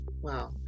wow